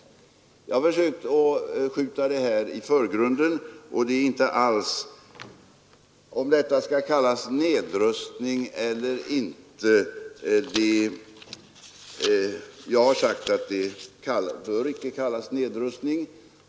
Jag har försökt skjuta det här i förgrunden. Frågan är då om detta skall kallas nedrustning eller inte. Jag har sagt att det bör icke kallas nedrustning.